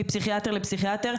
מפסיכיאטר לפסיכיאטר.